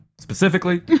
Specifically